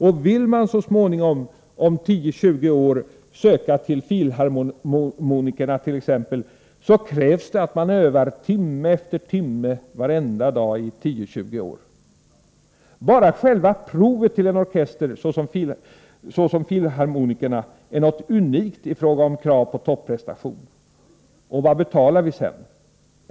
Och vill man så småningom, om 10-20 år, söka till filharmonikerna, krävsatt man övar timme efter timme varje dag i 10-20 år. Bara själva provet till en orkester såsom filharmonikerna är något unikt i fråga om krav på topprestation. Och vad betalar:vi?